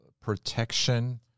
protection